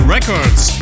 Records